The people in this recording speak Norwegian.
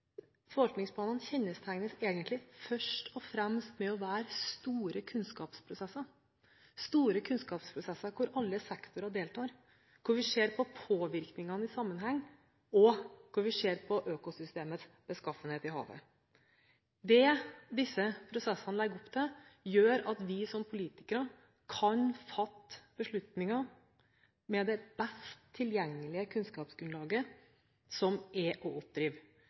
Forvaltningsplanene kjennetegnes egentlig først og fremst av å være store kunnskapsprosesser, hvor alle sektorer deltar, hvor vi ser på påvirkningene i sammenheng, og hvor vi ser på økosystemets beskaffenhet i havet. Det disse prosessene legger opp til, gjør at vi som politikere kan fatte beslutninger med det best tilgjengelige kunnskapsgrunnlaget som er å oppdrive.